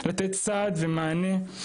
לתת סעד ומענה.